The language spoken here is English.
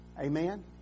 amen